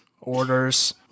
orders